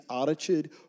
attitude